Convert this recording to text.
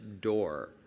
door